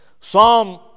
Psalm